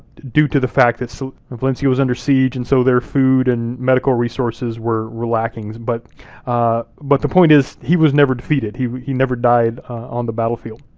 due to the fact that so valencia was under siege, and so their food and medical resources were were lacking, but but the point is, he was never defeated. he he never died on the battlefield.